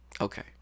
Okay